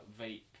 vape